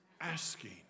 asking